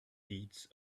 deeds